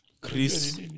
Chris